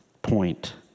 Point